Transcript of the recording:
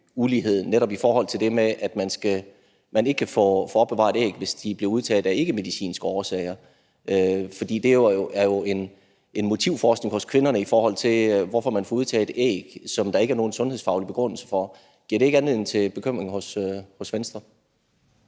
nemlig det med, at man ikke kan få opbevaret æg, hvis de bliver udtaget af ikkemedicinske årsager. For det er jo en motivforskning hos kvinderne, i forhold til hvorfor man får udtaget æg, som der ikke er nogen sundhedsfaglig begrundelse for. Giver det ikke anledning til bekymring hos Venstre?